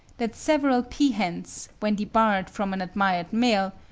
that several peahens, when debarred from an admired male,